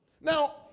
Now